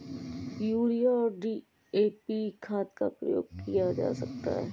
urea और DAP खाद का प्रयोग किया जाता है